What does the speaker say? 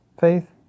faith